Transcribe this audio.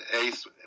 Ace